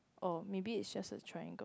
oh maybe it's just a triangle